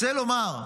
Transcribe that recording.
רוצה לומר: